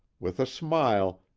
with a smile,